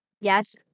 Yes